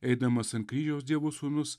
eidamas ant kryžiaus dievo sūnus